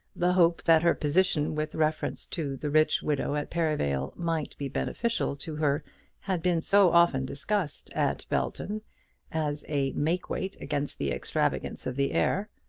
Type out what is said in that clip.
the hope that her position with reference to the rich widow at perivale might be beneficial to her had been so often discussed at belton as a make-weight against the extravagance of the heir,